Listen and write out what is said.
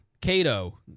Cato